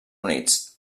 units